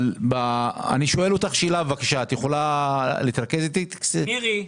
אם אפשר להוסיף עוד רגולציה, בירוקרטיה, פעם כן,